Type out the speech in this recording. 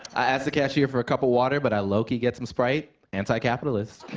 i ask the cashier for a cup of water but i low-key get some sprite? anti-capitalist.